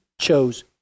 chose